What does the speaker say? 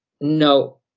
no